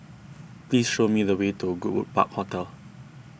please show me the way to Goodwood Park Hotel